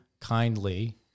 kindly